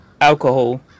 alcohol